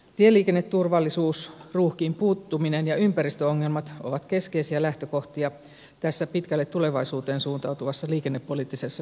tieliikenneturvallisuus ruuhkiin puuttuminen ja ympäristöongelmat ovat keskeisiä lähtökohtia tässä pitkälle tulevaisuuteen suuntautuvassa liikennepoliittisessa selonteossa